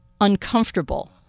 uncomfortable